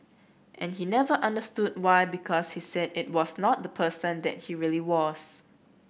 and he never understood why because he said it was not the person that he really was